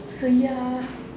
so ya